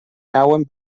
cauen